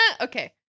Okay